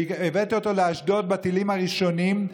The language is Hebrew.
והבאתי אותו לאשדוד בטילים הראשונים,